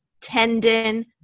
tendon